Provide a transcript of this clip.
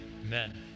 amen